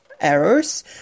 errors